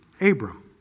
Abram